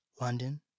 london